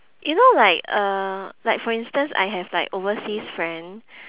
you know like uh like for instance I have like overseas friend